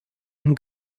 and